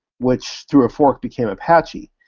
which through a fork became apache,